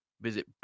visit